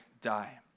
die